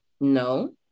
No